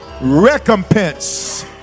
recompense